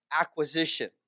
acquisition